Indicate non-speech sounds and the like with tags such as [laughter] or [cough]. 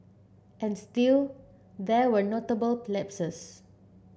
and still there were notable [unintelligible] lapses